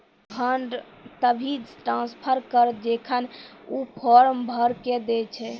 fund तभिये transfer करऽ जेखन ऊ फॉर्म भरऽ के दै छै